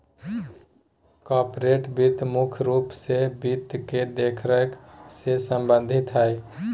corporate वित्त मुख्य रूप से वित्त के देखरेख से सम्बन्धित हय